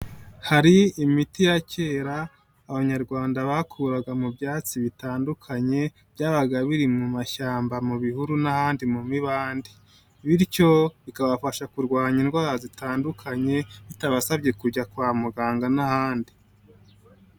Hari imiti ya kera, abanyarwanda bakuraga mu byatsi bitandukanye, byabaga biri mu mashyamba mu bihuru n'ahandi mu mibande bityo bikabafasha kurwanya indwara zitandukanye, bitabasabye kujya kwa muganga n'ahandi.